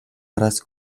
араас